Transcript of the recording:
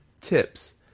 tips